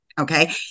okay